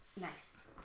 Nice